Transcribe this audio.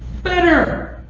better!